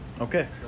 Okay